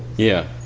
yeah,